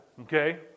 okay